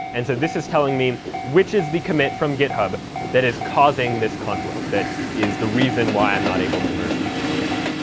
and so this is telling me which is the commit from github that is causing this conflict, that is the reason why i'm not able to merge these two together.